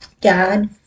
God